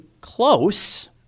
close